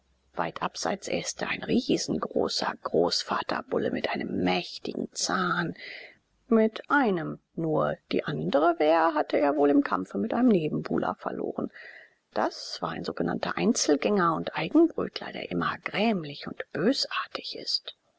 weit abseits äste ein riesenstarker großvaterbulle mit einem mächtigen zahn mit einem nur die andere wehr hatte er wohl im kampfe mit einem nebenbuhler verloren das war ein sogenannter einzelgänger und eigenbrödler der immer grämlich und bösartig ist